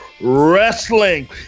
wrestling